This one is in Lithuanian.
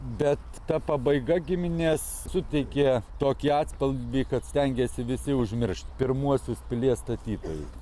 bet ta pabaiga giminės suteikė tokį atspalvį kad stengėsi visi užmiršt pirmuosius pilies statytojus